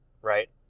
Right